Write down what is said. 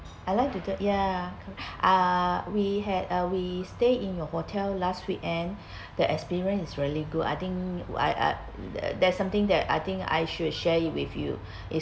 I like to do ya uh we had a we stay in your hotel last weekend the experience is really good I think I I the there's something that I think I should share it with you is